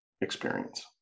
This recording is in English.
experience